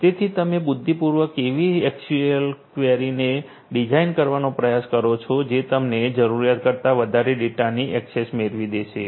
તેથી તમે બુદ્ધિપૂર્વક એવી એસક્યુએલ ક્વેરીઝને ડિઝાઇન કરવાનો પ્રયાસ કરો છો જે તમને જરૂરિયાત કરતા વધારે ડેટાની એક્સેસ મેળવી દેશે